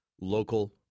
local